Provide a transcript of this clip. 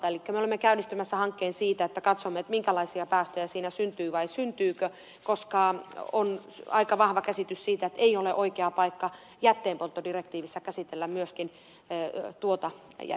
elikkä me olemme käynnistämässä hankkeen siitä että katsomme minkälaisia päästöjä siinä syntyy vai syntyykö koska on aika vahva käsitys siitä että ei ole oikea paikka jätteenpolttodirektiivissä käsitellä myöskään tuota ja